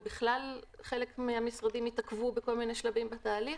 ובכלל חלק מהמשרדים התעכבו בכל מיני שלבים בתהליך.